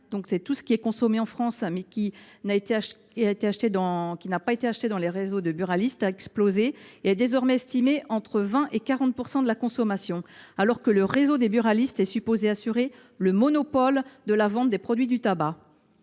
tout ce qui est consommé en France, mais qui n’a pas été acheté dans le réseau des buralistes – a explosé, et on estime désormais qu’il représente entre 20 % et 40 % de la consommation, alors que le réseau des buralistes est supposé assurer le monopole de la vente des produits du tabac.